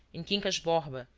in quincas borbas,